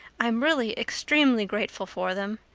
i'm really extremely grateful for them.